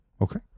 Okay